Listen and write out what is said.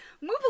move